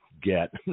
get